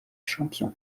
champions